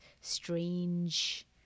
strange